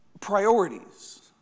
priorities